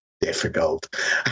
difficult